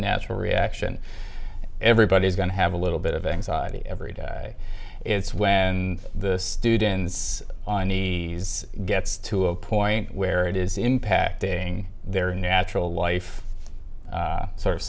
natural reaction everybody's going to have a little bit of anxiety every day it's when the students on he gets to a point where it is impacting their natural life